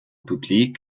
public